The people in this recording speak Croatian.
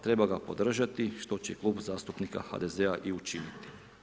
Treba ga podržati što će Klub zastupnika HDZ-a i učiniti.